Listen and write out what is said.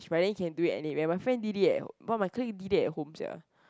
wedding can do it anywhere my friend did it eh one of my colleague did it at home sia